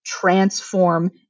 Transform